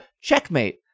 Checkmate